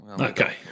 Okay